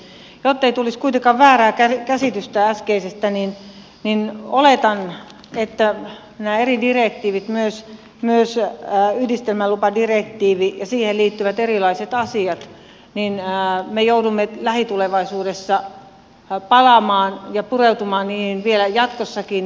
jottei tulisi kuitenkaan väärää käsitystä äskeisestä niin oletan että me joudumme näihin eri direktiiveihin myös yhdistelmälupadirektiiviin ja siihen liittyviin erilaisiin asioihin lähitulevaisuudessa palaamaan ja joudumme pureutumaan niihin vielä jatkossakin